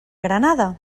granada